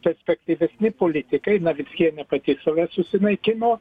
perspektyvesni politikai navickienė pati save susinaikino